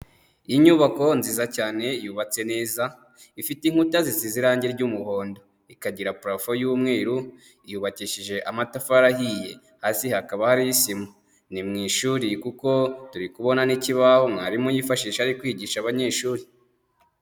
Inyubako nziza cyane yubatse neza, ifite inkuta zisize irangi ry'umuhondo. Ikagira parafo y'umweru, yubakishije amatafari ahiye hasi hakaba hariho isima. Ni mu ishuri kuko turi kubona n'ikibaho mwarimu yifashisha ari kwigisha abanyeshuri.